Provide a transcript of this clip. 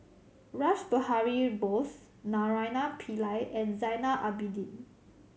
Rash Behari Bose Naraina Pillai and Zainal Abidin